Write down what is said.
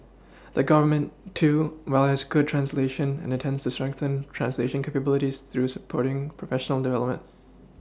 the Government too values good translation and intends to strengthen translation capabilities through supporting professional development